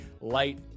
light